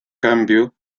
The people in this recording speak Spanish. cambio